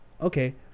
okay